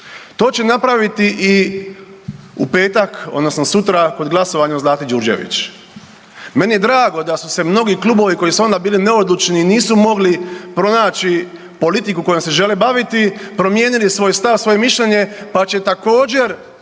To će napraviti i u petak odnosno sutra kod glasovanja o Zlati Đurđević. Meni je drago da su se mnogi klubovi koji su onda bili neodlučni, nisu mogli pronaći politiku kojom se žele baviti, promijenili svoj stav, svoje mišljenje, pa će također